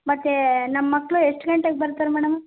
ಮತ್ತು ನಮ್ಮ ಮಕ್ಕಳು ಎಷ್ಟು ಗಂಟೆಗೆ ಬರ್ತಾರೆ ಮೇಡಮ್